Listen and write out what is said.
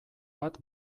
bat